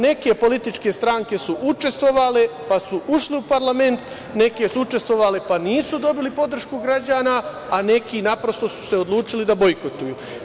Neke političke stranke su učestvovale, pa su ušle u parlament, neke su učestvovale i nisu dobile podršku građana, a neki su se naprosto odlučili da bojkotuju.